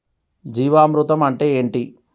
జీవామృతం అంటే ఏంటి?